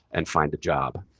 and find a job.